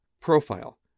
Profile